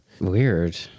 Weird